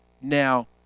Now